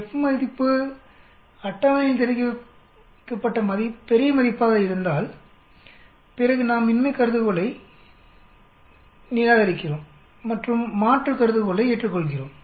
F மதிப்பு அட்டவணையில் தெரிவிக்கப்பட்ட மதிப்பாக இருந்தால் பிறகு நாம் இன்மை கருதுகோளை நாங்கள் நிராகரிக்கிறோம் மற்றும் மாற்று கருதுகோளை ஏற்றுக்கொள்கிறோம்